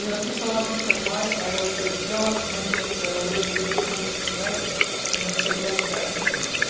when people ask me for advice, i always say show up ten minutes early and leave ten minutes late you know and say yes to everything.